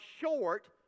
short